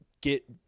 get